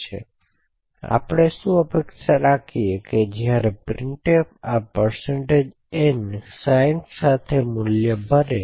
તેથી આપણે શું અપેક્ષા રાખી કે જ્યારે printf આ n 60 સાથે આ મૂલ્ય ભરે છે